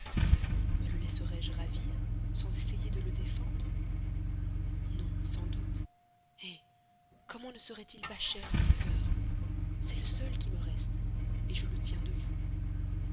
me le laisserai-je ravir sans essayer de le défendre non sans doute eh comment ne serait-il pas cher à mon cœur c'est le seul qui me reste je le tiens de vous